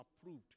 approved